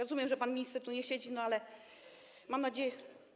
Rozumiem, że pan minister tu nie siedzi, ale mam nadzieję.